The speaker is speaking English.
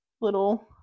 little